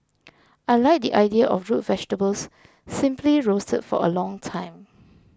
I like the idea of root vegetables simply roasted for a long time